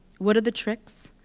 what are the tricks,